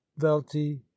velti